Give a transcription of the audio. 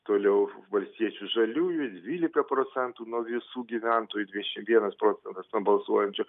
toliau valstiečių žaliųjų dvylika procentų nuo visų gyventojų dvidešimt vienas procentas na balsuojančių